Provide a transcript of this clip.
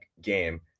game